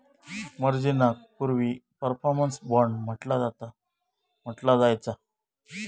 मार्जिनाक पूर्वी performance bond म्हटला जायचा